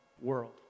world